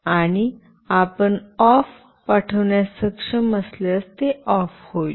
आणि आपण ऑफ पाठविण्यास सक्षम असल्यास ते ऑफ होईल